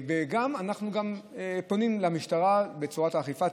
אנחנו גם פנינו למשטרה לצורך האכיפה.